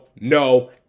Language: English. no